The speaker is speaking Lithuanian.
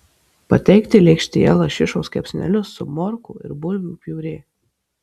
pateikti lėkštėje lašišos kepsnelius su morkų ir bulvių piurė